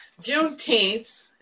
Juneteenth